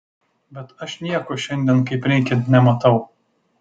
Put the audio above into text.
bet aš nieko šiandien kaip reikiant nematau